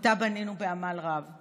שאותה בנינו בעמל רב.